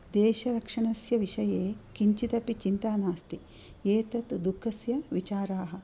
देशरक्षणस्य विषये किञ्चिदपि चिन्ता नास्ति एतद् दुःखस्य विचाराः